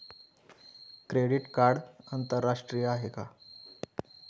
Credit card आंतरराष्ट्रीय आहे का?